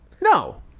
No